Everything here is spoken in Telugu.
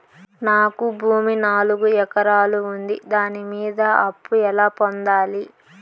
నాకు భూమి నాలుగు ఎకరాలు ఉంది దాని మీద అప్పు ఎలా పొందాలి?